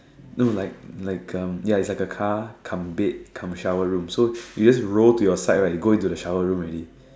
no like like um ya it's like a car cum bed cum shower room so you just roll to your side right you go into the shower room already